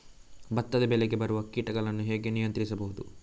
ಭತ್ತದ ಬೆಳೆಗೆ ಬರುವ ಕೀಟಗಳನ್ನು ಹೇಗೆ ನಿಯಂತ್ರಿಸಬಹುದು?